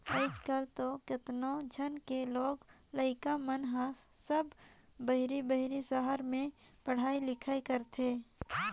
आयज कायल तो केतनो झन के लोग लइका मन हर सब बाहिर बाहिर सहर में पढ़ई लिखई करथे